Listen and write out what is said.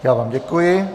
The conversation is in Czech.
Já vám děkuji.